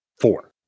four